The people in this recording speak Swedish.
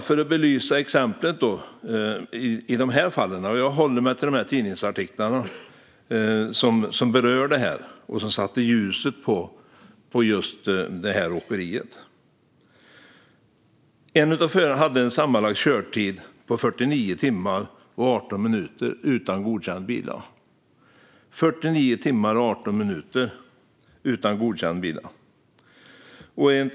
För att belysa detta med exempel håller jag mig till de tidningsartiklar som satte ljuset på just det här åkeriet. En av förarna hade en sammanlagd körtid på 49 timmar och 18 minuter utan godkänd vila.